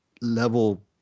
level